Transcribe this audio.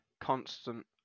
constant